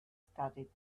studied